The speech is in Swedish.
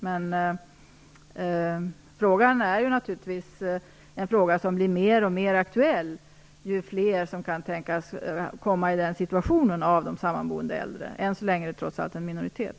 Men frågan blir naturligtvis mer och mer aktuell ju fler av de sammanboende äldre som kan tänkas komma i den situationen. Än så länge är de trots allt en minoritet.